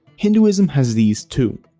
hinduism has these too.